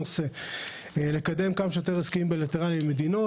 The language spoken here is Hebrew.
ונרתמה לקידום כמה שיותר הסכמים בילטרליים עם מדינות,